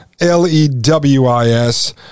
L-E-W-I-S